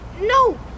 No